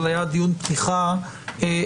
אבל הוא היה דיון פתיחה עקרוני